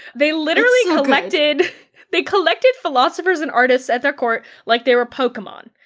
they literally collected they collected philosophers and artists at their court like they were pokemon,